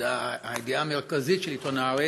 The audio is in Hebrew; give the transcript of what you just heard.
הידיעה המרכזית של עיתון הארץ,